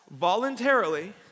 voluntarily